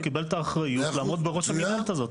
קיבל את האחריות לעמוד בראש המנהלת הזאת.